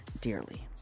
dearly